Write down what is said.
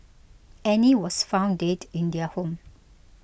Annie was found dead in their home